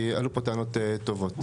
כי עלו פה טענות טובות.